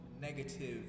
Negative